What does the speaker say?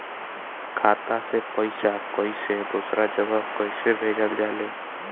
खाता से पैसा कैसे दूसरा जगह कैसे भेजल जा ले?